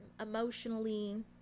emotionally